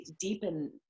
deepen